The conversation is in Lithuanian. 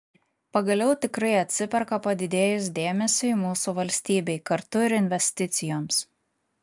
pagaliau tikrai atsiperka padidėjus dėmesiui mūsų valstybei kartu ir investicijoms